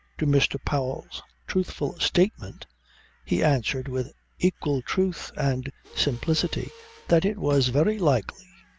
to mr. powell's truthful statement he answered with equal truth and simplicity that it was very likely,